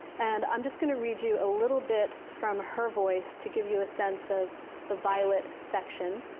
and i'm just going to read you a little bit from her voice to give you a sense of the violet section.